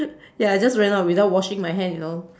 ya I just went out without washing my hand you know